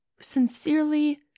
sincerely